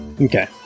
Okay